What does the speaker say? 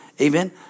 Amen